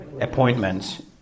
appointments